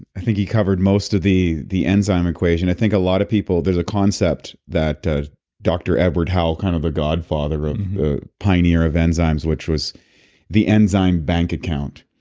i think he covered most of the the enzyme equation. i think a lot of people, there's a concept that dr. edward howell, kind of the godfather of, um the pioneer of enzymes, which was the enzyme bank account.